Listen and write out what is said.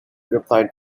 replied